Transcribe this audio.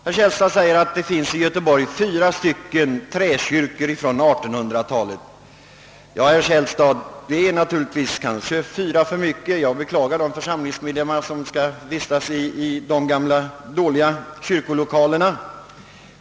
Herr Källstad säger att det i Göteborg finns fyra träkyrkor från 1800-talet. Det är kanske fyra för mycket — jag beklagar de församlingsmedlemmar som skall vistas i dessa gamla och dåliga kyrkolokaler.